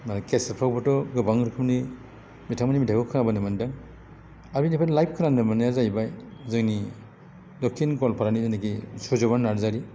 केसेटफ्रावबोथ' गोबां रोखोमनि बिथांमोननि मेथाइखौ खोनाबोनो मोन्दों आरो बिनिफ्राय लाइभ खोनानो मोननाया जाहैबाय जोंनि दक्षिन गवालपारानि जिनेकि सुजुमा नार्जारी